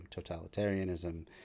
totalitarianism